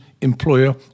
employer